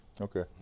Okay